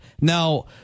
Now